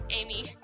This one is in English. Amy